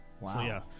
Wow